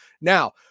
Now